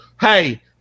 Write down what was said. hey